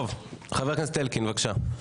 טוב, חבר הכנסת אלקין, בבקשה.